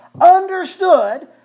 understood